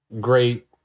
great